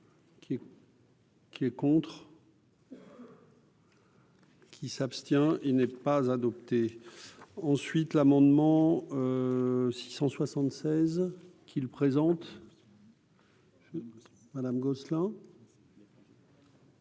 Qui est contre. Qui s'abstient, il n'est pas adopté ensuite l'amendement 676 qu'présente. Madame Gosselin.